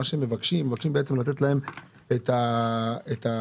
מה שהם מבקשים זה לתת להם את ה --- מ-2018.